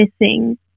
missing